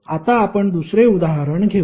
आता आपण दुसरे उदाहरण घेऊ